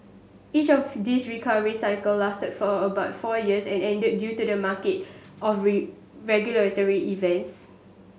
each of these recovery cycle lasted for a about four years and ended due to market or regulatory events